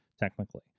technically